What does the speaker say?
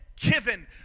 given